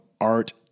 Art